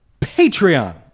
patreon